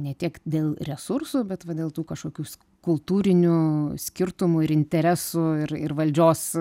ne tiek dėl resursų bet va dėl tų kažkokių kultūrinių skirtumų ir interesų ir ir valdžios